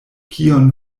kion